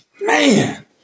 Man